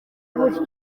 gutyo